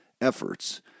efforts